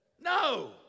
No